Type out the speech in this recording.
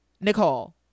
Nicole